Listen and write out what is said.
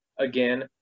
again